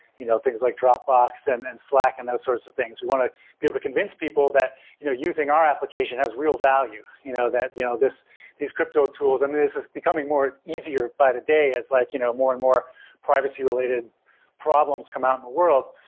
you know things like dropbox and and slack and those sorts of things. we want to be able to convince people that using our application has real value, you know that you know these crypto tools, i mean, this is becoming more easier by the day as like you know more and more privacy related problems come out in the world,